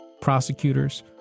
prosecutors